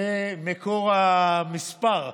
זה מקור המספר,